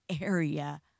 area